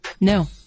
No